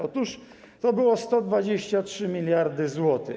Otóż to były 123 mld zł.